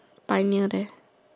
pioneer there